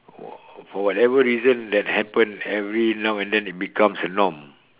for for whatever reason that happen every now and then it becomes a norm